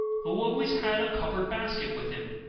who always had a covered basket with him.